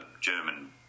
German